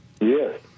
Yes